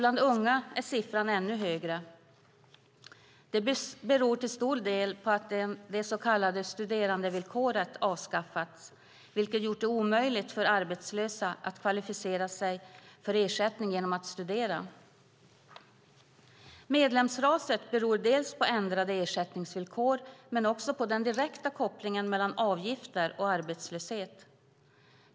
Bland unga är siffran ännu högre. Det beror till stor del på att det så kallade studerandevillkoret har avskaffats, vilket har gjort det omöjligt för arbetslösa att kvalificera sig för ersättning genom att studera. Medlemsraset beror på ändrade ersättningsvillkor men också på den direkta kopplingen mellan avgifter och arbetslöshet.